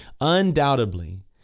Undoubtedly